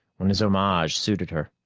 when his homage suited her.